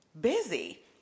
busy